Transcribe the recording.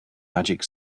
magic